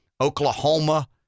Oklahoma